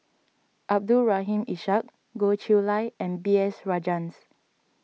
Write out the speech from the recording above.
Abdul Rahim Ishak Goh Chiew Lye and B S Rajhans